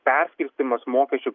perskirstymas mokesčių